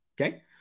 Okay